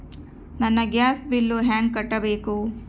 ನನ್ನ gas bill ಹೆಂಗ ಕಟ್ಟಬೇಕು?